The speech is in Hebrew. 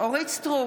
אורית מלכה סטרוק,